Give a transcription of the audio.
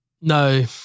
No